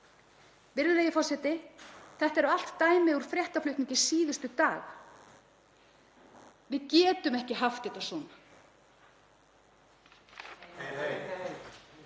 Virðulegi forseti. Þetta eru allt dæmi úr fréttaflutningi síðustu daga. Við getum ekki haft þetta svona.